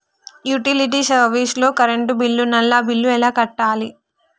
Utility service లో current bill, నల్లా bill ఎలా కట్టాలి?